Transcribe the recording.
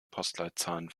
postleitzahlen